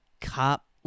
cop